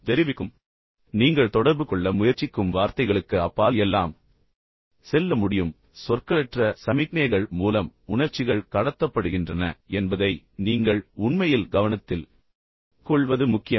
எனவே நீங்கள் தொடர்பு கொள்ள முயற்சிக்கும் வார்த்தைகளுக்கு அப்பால் எல்லாம் செல்ல முடியும் எனவே சொற்களற்ற சமிக்ஞைகள் மூலம் உணர்ச்சிகள் கடத்தப்படுகின்றன என்பதை நீங்கள் உண்மையில் கவனத்தில் கொள்வது முக்கியம்